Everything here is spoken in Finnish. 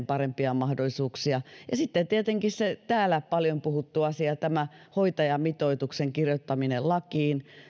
parempia mahdollisuuksia palveluasumiseen sitten tietenkin on täysin välttämätön se täällä paljon puhuttu asia hoitajamitoituksen kirjoittaminen lakiin